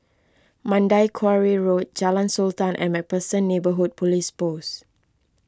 Mandai Quarry Road Jalan Sultan and MacPherson Neighbourhood Police Post